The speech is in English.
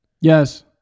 Yes